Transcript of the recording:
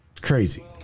crazy